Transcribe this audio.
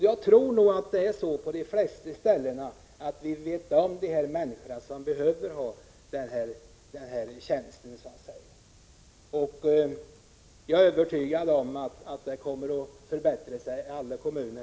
Jag tror att det är så på de flesta ställen att man vet om de människor som behöver dessa tjänster. Jag är övertygad om att det på sikt kommer att bli ännu bättre i alla kommuner.